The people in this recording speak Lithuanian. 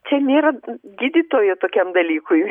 čia nėra gydytoja tokiam dalykui